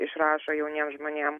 išrašo jauniems žmonėms